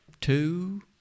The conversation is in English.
two